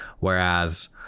Whereas